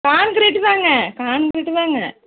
concrete தாங்க concrete தாங்க